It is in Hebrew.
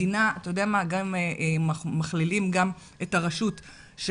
אם מכלילים גם את הרשות,